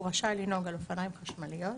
הוא רשאי לנהוג על אופניים חשמליים,